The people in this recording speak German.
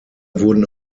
wurden